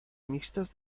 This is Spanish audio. mixtos